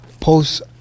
post